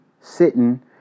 sitting